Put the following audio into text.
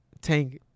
tank